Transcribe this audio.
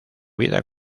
vida